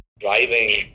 driving